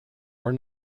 were